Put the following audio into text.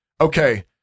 okay –